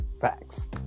Facts